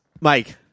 Mike